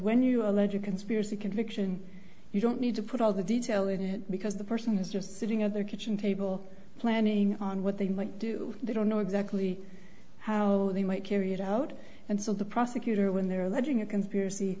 when you allege a conspiracy conviction you don't need to put all the detail in because the person is just sitting at their kitchen table planning on what they might do they don't know exactly how they might carry it out and so the prosecutor when they're alleging a conspiracy